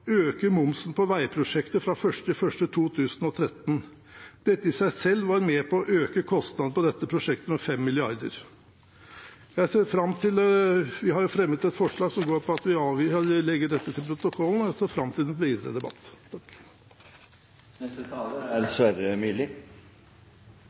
øke momsen på veiprosjektet fra 1. januar 2013. Dette i seg selv var med på å øke kostnadene på dette prosjektet med 5 mrd. kr. Vi har et forslag til vedtak som går ut på at forslaget vedlegges protokollen, og jeg ser fram til den videre debatten. Framtidas trafikkvekst i området må tas kollektivt. Derfor må kollektivtrafikken bygges ut, og det må staten bidra til.